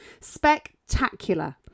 spectacular